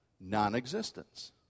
non-existence